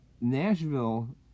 Nashville